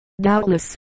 Doubtless